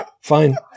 fine